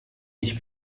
ich